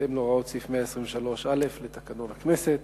בהתאם להוראות סעיף 123א לתקנון הכנסת.